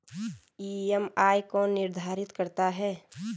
EMI कौन निर्धारित करता है?